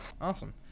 awesome